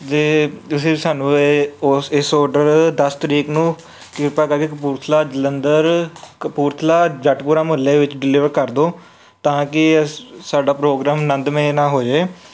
ਜੇ ਤੁਸੀਂ ਸਾਨੂੰ ਇਹ ਉਸ ਇਸ ਔਡਰ ਦਸ ਤਰੀਕ ਨੂੰ ਕਿਰਪਾ ਕਰਕੇ ਕਪੂਰਥਲਾ ਜਲੰਧਰ ਕਪੂਰਥਲਾ ਜੱਟਪੁਰਾ ਮੁਹੱਲੇ ਵਿੱਚ ਡਿਲੀਵਰ ਕਰ ਦਿਉ ਤਾਂ ਕਿ ਸਾਡਾ ਪ੍ਰੋਗਰਾਮ ਆਨੰਦਮਈ ਨਾਲ ਹੋ ਜੇ